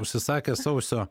užsisakė sausio